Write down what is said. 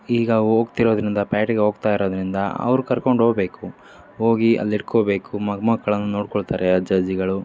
ಈಗ ಹೋಗ್ತಿರೋದ್ರಿಂದ ಪ್ಯಾಟಿಗೆ ಹೋಗ್ತಾ ಇರೋದರಿಂದ ಅವ್ರು ಕರ್ಕೊಂಡು ಹೋಬೇಕು ಹೋಗಿ ಅಲ್ಲಿ ಇಟ್ಕೋಬೇಕು ಮೊಮ್ಮಕ್ಳನ್ನು ನೋಡಿಕೊಳ್ತಾರೆ ಅಜ್ಜ ಅಜ್ಜಿಗಳು